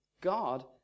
God